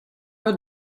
eur